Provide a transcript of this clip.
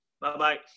Bye-bye